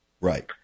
Right